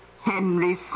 Henry